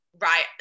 right